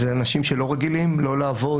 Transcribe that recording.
אלה אנשים שלא רגילים לא לעבוד,